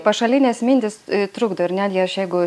pašalinės mintys trukdo ir netgi aš jeigu